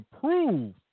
prove